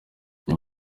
iyi